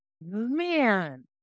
man